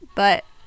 but-